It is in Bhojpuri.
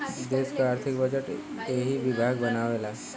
देस क आर्थिक बजट एही विभाग बनावेला